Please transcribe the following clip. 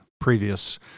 previous